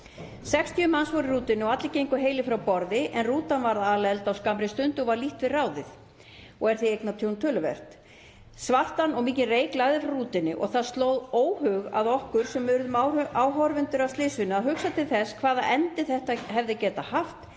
60 manns voru í rútunni og allir gengu heilir frá borði en rútan varð alelda á skammri stundu og var lítt við ráðið og er því eignatjón töluvert. Svartan og mikinn reyk lagði frá rútunni og það sló óhug að okkur sem urðu áhorfendur að slysinu að hugsa til þess hvaða endi þetta hefði getað haft,